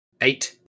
eight